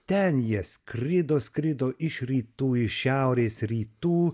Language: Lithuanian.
ten jie skrido skrido iš rytų į šiaurės rytų